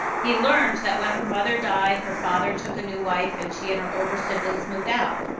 he learned that when her mother died her father took a new wife and she and her older siblings moved out.